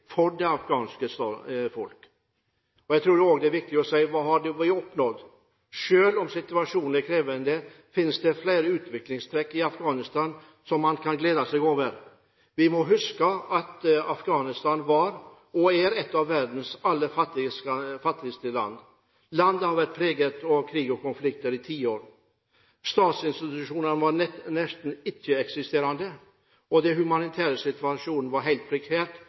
for det afghanske folk. Jeg tror også det er viktig å spørre: Hva har vi oppnådd? Selv om situasjonen er krevende, finnes det flere utviklingstrekk i Afghanistan som man kan glede seg over. Vi må huske at Afghanistan var og er et av verdens fattigste land. Landet har vært preget av krig og konflikter i tiår. Statsinstitusjoner var nesten ikke-eksisterende. Den humanitære situasjonen var